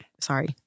Sorry